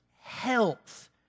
health